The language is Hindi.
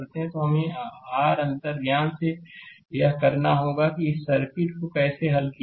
तो हमें आर अंतर्ज्ञान से यह करना होगा कि इस सर्किट को कैसे हल किया जाए